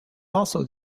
also